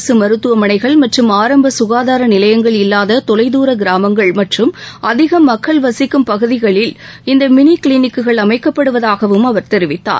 அரசு மருத்துவமனைகள் மற்றம் ஆரம்ப சுகாதார நிலையங்கள் இல்லாத தொலைதூர கிராமங்கள் மற்றம் அதிக மக்கள் வசிக்கும் பகுதிகளில் இந்த மினி கிளிளிக்குகள் அமைக்கப்படுவதாகவும் அவர் தெரிவித்தார்